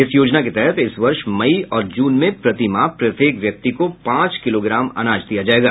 इस योजना के तहत इस वर्ष मई और जून में प्रति माह प्रत्येक व्यक्ति को पांच किलोग्राम अनाज दिया जाएगा